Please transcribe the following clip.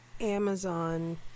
Amazon